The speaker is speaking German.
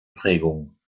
prägung